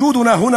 אנשינו היקרים,